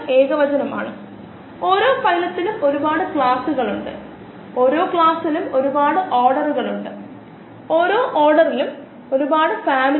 പ്രത്യേകിച്ചും ഈ ആശയങ്ങൾ ചിലത് ഒരു ബാച്ച് സിസ്റ്റത്തിന്റെ കാഴ്ചപ്പാടിൽ നിന്ന് സ്കൂൾ തലത്തിൽ നമുക്ക് പരിചയപ്പെടുത്തിയതിനാൽ ഇത് ചില ഏകദേശ കണക്കുകളിൽ പ്രവർത്തിക്കുന്നു പക്ഷേ എല്ലാ സാഹചര്യങ്ങളിലും അല്ല പ്രത്യേകിച്ച് തുടർച്ചയായ ഒരു കേസിലല്ല